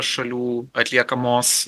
šalių atliekamos